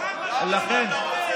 כמה זמן?